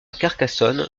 carcassonne